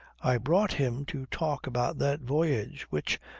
i brought him to talk about that voyage, which,